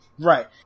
Right